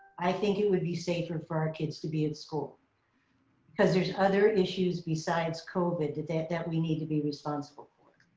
i think it would be safer for our kids to be at school cause there's other issues besides covid that that we need to be responsible for.